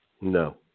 No